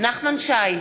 נחמן שי,